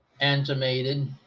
animated